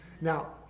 Now